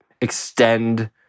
extend